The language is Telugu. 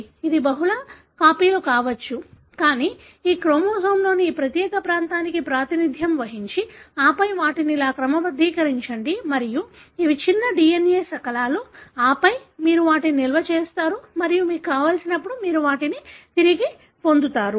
ఇది బహుళ కాపీలు కావచ్చు కానీ ఈ క్రోమోజోమ్లోని ఈ ప్రత్యేక ప్రాంతానికి ప్రాతినిధ్యం వహించి ఆపై వాటిని ఇలా క్రమబద్ధీకరించండి మరియు ఇవి చిన్న DNA శకలాలు ఆపై మీరు వాటిని నిల్వ చేస్తారు మరియు మీకు కావలసినప్పుడు మీరు వాటిని పొందగలుగుతారు